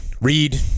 read